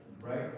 right